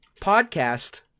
podcast